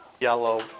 yellow